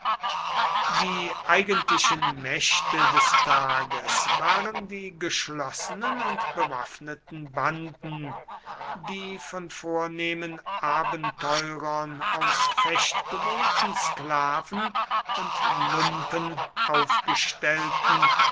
die eigentlichen mächte des tages waren die geschlossenen und bewaffneten banden die von vornehmen abenteurern aus fechtgewohnten sklaven und lumpen aufgestellten